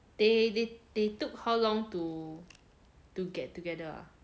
they they they took how long to to get together ah